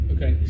Okay